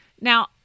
Now